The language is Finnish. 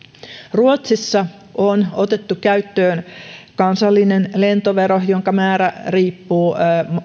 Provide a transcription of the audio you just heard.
ruotsissa on otettu käyttöön kansallinen lentovero jonka määrä riippuu